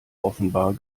offenbar